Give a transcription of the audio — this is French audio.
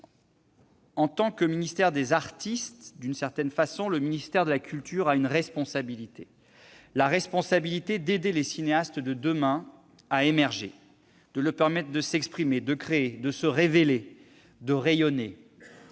En tant que ministère des artistes, le ministère de la culture a une responsabilité : la responsabilité d'aider les cinéastes de demain à émerger, de leur permettre de s'exprimer, de créer, de se révéler, de rayonner.